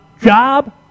job